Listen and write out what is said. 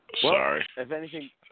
Sorry